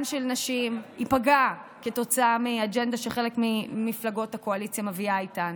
של נשים ייפגע כתוצאה מאג'נדה שכמה ממפלגות הקואליציה מביאות איתן.